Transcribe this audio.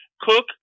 Cook